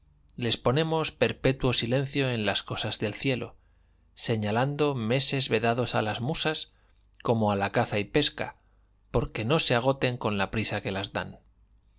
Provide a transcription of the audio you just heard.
les ponemos perpetuo silencio en las cosas del cielo señalando meses vedados a las musas como a la caza y pesca porque no se agoten con la prisa que las dan